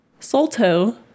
Solto